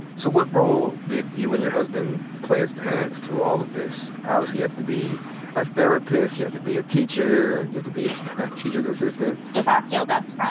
so what role did you and your husband play as parents through all of this? obviously, you have to be a therapist. you have to be a teacher. you have to be a teacher's assistant. de facto best friend.